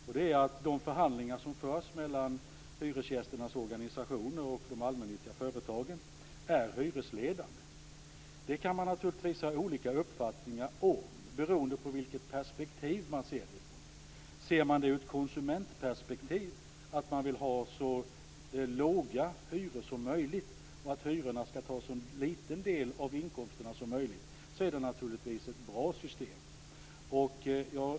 Det innebär att de förhandlingar som förs mellan hyresgästernas organisationer och de allmännyttiga företagen är hyresledande. Detta kan man naturligtvis ha olika uppfattningar om beroende på vilket perspektiv man ser det från. Ser man det från ett konsumentperspektiv, att man vill ha så låga hyror som möjligt och att hyrorna skall ta en så liten del av inkomsterna som möjligt, så är det naturligtvis ett bra system.